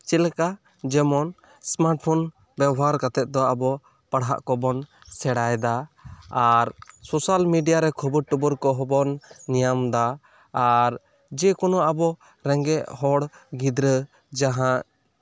ᱪᱮᱫ ᱞᱮᱠᱟ ᱡᱮᱢᱚᱱ ᱥᱢᱟᱨᱴ ᱯᱷᱳᱱ ᱵᱮᱵᱚᱦᱟᱨ ᱠᱟᱛᱮᱫ ᱫᱚ ᱟᱵᱚ ᱯᱟᱲᱦᱟᱜ ᱠᱚᱵᱚᱱ ᱥᱮᱲᱟᱭ ᱫᱟ ᱟᱨ ᱥᱳᱥᱟᱞ ᱢᱤᱰᱤᱭᱟᱨᱮ ᱠᱷᱳᱵᱳᱨ ᱴᱳᱵᱚᱳᱨ ᱠᱚᱦᱚᱸ ᱵᱚᱱ ᱧᱟᱢ ᱫᱟ ᱟᱨ ᱡᱮᱠᱳᱱᱳ ᱟᱵᱚ ᱨᱮᱸᱜᱮᱡ ᱦᱚᱲ ᱜᱤᱫᱽᱨᱟᱹ ᱡᱟᱦᱟᱸ